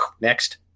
next